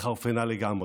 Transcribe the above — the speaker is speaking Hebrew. התחרפנה לגמרי.